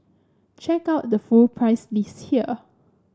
check out the full price list here